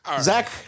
Zach